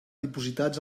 dipositats